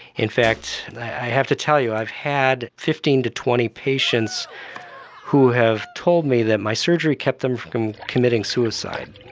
in fact, i have to tell you, i've had fifteen to twenty patients who have told me that my surgery kept them from committing suicide.